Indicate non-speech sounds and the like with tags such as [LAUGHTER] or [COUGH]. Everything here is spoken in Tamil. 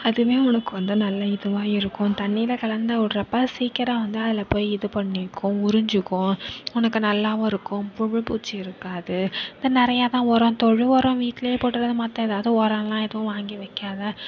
அதுவுமே உனக்கு வந்து நல்ல இதுவாக இருக்கும் தண்ணில கலந்துவுட்றப்போ சீக்கிரம் வந்து அதில் போய் இது பண்ணிக்கும் உறிஞ்சிக்கும் உனக்கு நல்லாவும் இருக்கும் புழு பூச்சி இருக்காது இப்போ நிறையா தான் உரம் தொழு உரம் வீட்லையே [UNINTELLIGIBLE] மற்ற எதாவது உரலாம் எதுவும் வாங்கி வைக்காத